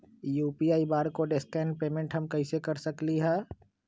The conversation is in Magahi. यू.पी.आई बारकोड स्कैन पेमेंट हम कईसे कर सकली ह?